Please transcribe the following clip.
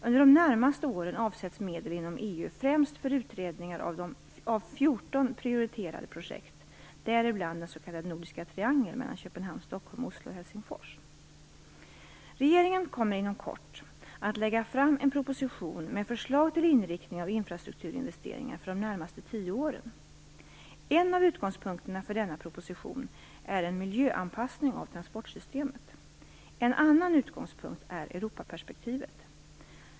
Under de närmaste åren avsätts medlen inom EU främst för utredningar av 14 prioriterade projekt, däribland den s.k. nordiska triangeln mellan Regeringen kommer inom kort att lägga fram en proposition med förslag till inriktning av infrastrukturinvesteringar för de närmaste tio åren. En av utgångspunkterna för denna proposition är en miljöanpassning av transportsystemet. En annan utgångspunkt är Europaperspektivet.